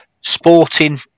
Sporting